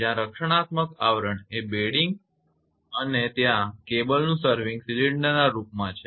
જયાં રક્ષણાત્મક આવરણ એ બેડિંગપાયાનો થર છે અને ત્યાં કેબલનું સરવિંગ સિલિન્ડરના રૂપમાં છે